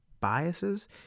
biases